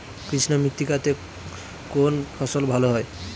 কৃষ্ণ মৃত্তিকা তে কোন ফসল ভালো হয়?